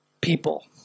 people